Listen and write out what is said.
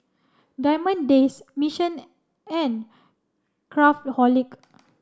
Diamond Days Mission and Craftholic